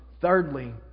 Thirdly